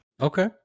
Okay